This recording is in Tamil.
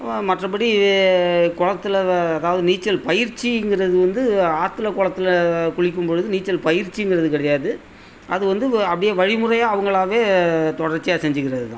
வ மற்றபடி குளத்துல வ அதாவது நீச்சல் பயிற்சிங்கிறது வந்து ஆற்றுல குளத்துல குளிக்கும் பொழுது நீச்சல் பயிற்சிங்கிறது கிடையாது அது வந்து வ அப்படியே வழிமுறையாக அவங்களாவே தொடர்ச்சியாக செஞ்சுக்கிறது தான்